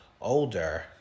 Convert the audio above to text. older